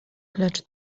lecz